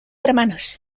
hermanos